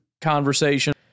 conversation